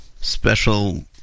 Special